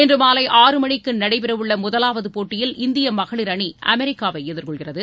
இன்று மாலை ஆறு மணிக்கு நடைபெறவுள்ள முதலாவது போட்டியில் இந்திய மகளிர் அணி அமெரிக்காவை எதிர்கொள்கிறது